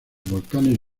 volcanes